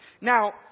Now